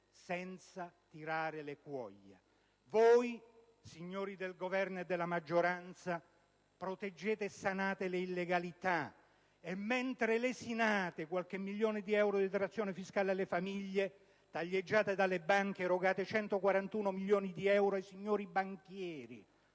senza tirare le cuoia. Voi, signori del Governo della maggioranza, proteggete e sanate le illegalità e, mentre lesinate qualche milione di euro di detrazioni fiscali alle famiglie taglieggiate dalle banche, erogate 141 milioni di euro (solo nel